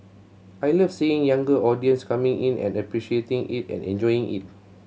I love seeing younger audience coming in and appreciating it and enjoying it